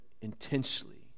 intensely